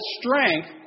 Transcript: strength